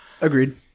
Agreed